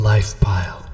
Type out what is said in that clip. LifePile